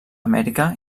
amèrica